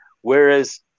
Whereas